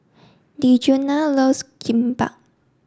Djuna loves Kimbap